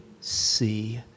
see